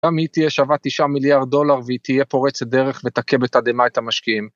גם היא תהיה שווה תשעה מיליארד דולר והיא תהיה פורצת דרך ותכה בתדהמה את המשקיעים.